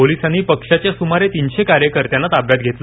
पोलिसांनी पक्षाच्या सुमारे तीनशे कार्यकर्त्यांना ताब्यात घेतले